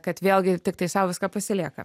kad vėlgi tiktai sau viską pasilieka